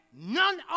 none